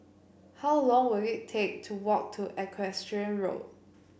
how long will it take to walk to Equestrian Walk